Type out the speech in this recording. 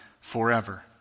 forever